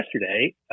yesterday